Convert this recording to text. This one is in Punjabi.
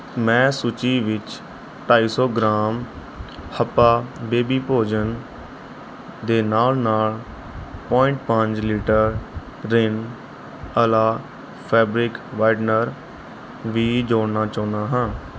ਮੈਂ ਸੂਚੀ ਵਿੱਚ ਢਾਈ ਸੌ ਗ੍ਰਾਮ ਹੱਪਾ ਬੇਬੀ ਭੋਜਨ ਦੇ ਨਾਲ਼ ਨਾਲ਼ ਪੁਆਇੰਟ ਪੰਜ litre Rin Ala fabric whitener ਵੀ ਜੋੜਨਾ ਚਾਹੁੰਦਾ ਹਾਂ